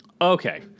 Okay